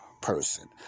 person